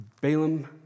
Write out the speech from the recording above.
Balaam